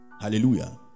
Hallelujah